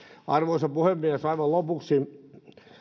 arvoisa puhemies aivan lopuksi